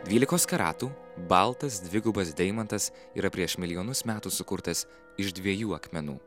dvylikos karatų baltas dvigubas deimantas yra prieš milijonus metų sukurtas iš dviejų akmenų